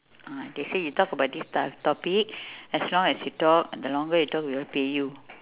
ah they say you talk about this type of topic as long as you talk the longer you talk we will pay you